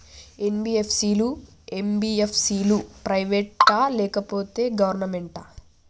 NBFC లు, MBFC లు private ఆ లేకపోతే గవర్నమెంటా?